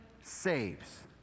saves